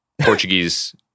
Portuguese